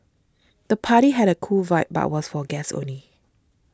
the party had a cool vibe but was for guests only